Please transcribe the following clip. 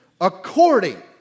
According